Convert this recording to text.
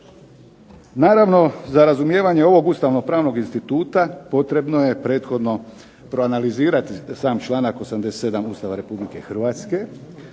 Naravno za razumijevanje ovog ustavnopravnog instituta potrebno je prethodno proanalizirati sam članak 87. Ustava Republike Hrvatske.